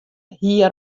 hie